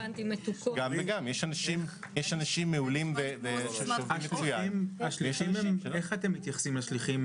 יש אנשים מעולים שעובדים מצוין ויש --- איך אתם מתייחסים לשליחים?